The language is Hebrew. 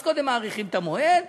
אז קודם מאריכים את המועד.